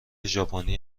ژاپنی